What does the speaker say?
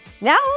Now